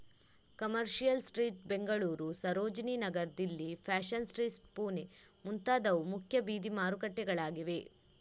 commercial Street Bengaluru, Sarojini Nagar Delhi, Fashion Street Pune ಮುಂತಾದವು ಮುಖ್ಯ ಬೀದಿ ಮಾರುಕಟ್ಟೆಗಳಾಗಿವೆ